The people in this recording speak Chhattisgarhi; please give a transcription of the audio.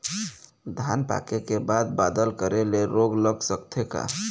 धान पाके के बाद बादल करे ले रोग लग सकथे का?